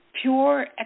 Pure